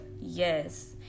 Yes